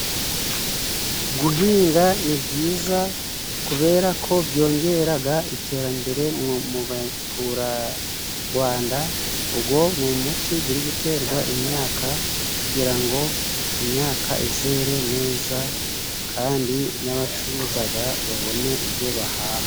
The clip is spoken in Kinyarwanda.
Guhinga ni byiza kubera ko byongeraga iterambere mu baturarwanda. Ugo ni umuti guri guterwa imyaka kugira ngo imyaka izere neza kandi n'abacuruzaga babone ibyo bahaha.